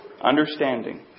Understanding